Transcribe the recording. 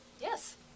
Yes